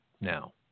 now